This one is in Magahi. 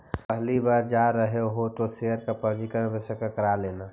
पहली बार जा रहे हो तो शेयर का पंजीकरण आवश्य करा लेना